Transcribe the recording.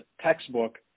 textbook